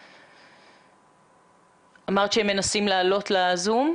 עדיין חשוב לדבר,